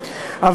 אני